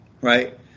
Right